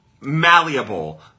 malleable